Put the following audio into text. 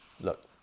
Look